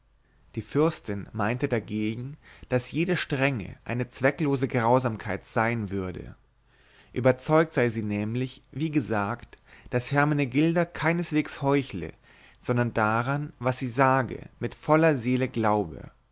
die fürstin meinte dagegen daß jede strenge eine zwecklose grausamkeit sein würde überzeugt sei sie nämlich wie gesagt daß hermenegilda keinesweges heuchle sondern daran was sie sage mit voller seele glaube